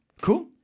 cool